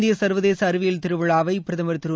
இந்திய சர்வதேச அறிவியல் திருவிழா வை பிரதமர் திரு